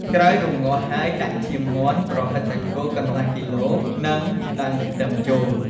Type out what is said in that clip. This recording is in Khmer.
ក្រោយរំងាស់ហើយដាក់ឈាមមាន់ ប្រហិតសាច់គោកន្លះគីឡូ និងដើមខ្ទឹមចូល។